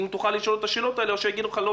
אם תוכל לשאול את השאלות האלה או שיגידו לך: לא,